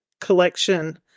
collection